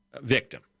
victim